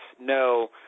no